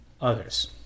others